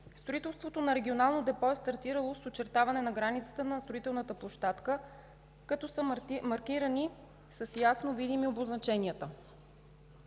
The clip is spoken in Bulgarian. Строителството на регионално депо е стартирало с очертаване на границата на строителната площадка, като са маркирани и ясно видими обозначенията.